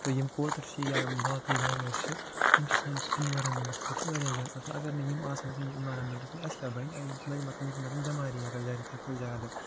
تہٕ یِم کوتَر چھِ یا باقٕے جاناوَار چھِ یِم چھِ سٲنِس اٮ۪نوارامیٚٹَس خٲطرٕ واریاہ زیادٕ اَگر نہٕ یِم آسَن اٮ۪نوارامیٚنٹَس منٛز اَسہِ کیٛاہ بَنہِ اَسہِ بَنہِ ییٚتہِ مَتَن بٮ۪مارے یاژٕ ساروی کھۄتہٕ زیادٕ